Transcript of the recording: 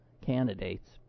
candidates